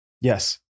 Yes